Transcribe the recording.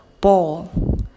ball